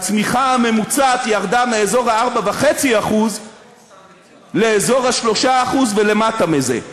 הצמיחה ממוצעת ירדה מאזור ה-4.5% לאזור ה-3% ולמטה מזה.